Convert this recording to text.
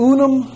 Unum